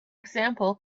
example